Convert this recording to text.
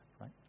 right